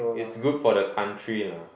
it's good for the country lah